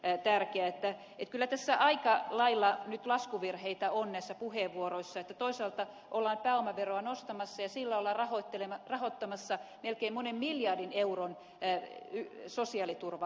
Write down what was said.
niin että kyllä tässä aika lailla nyt laskuvirheitä on näissä puheenvuoroissa että toisaalta ollaan pääomaveroa nostamassa ja sillä ollaan rahoittamassa melkein monen miljardin euron sosiaaliturvauudistukset